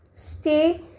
Stay